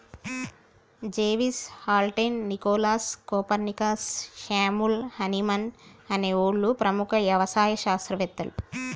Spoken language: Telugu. జెవిస్, Haldane, Nicholas, Copernicus, Samuel Hahnemann అనే ఓళ్ళు ప్రముఖ యవసాయ శాస్త్రవేతలు